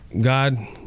God